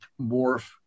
Morph